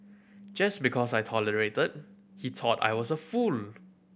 just because I tolerated he thought I was a fool